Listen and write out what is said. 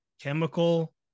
Chemical